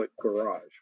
garage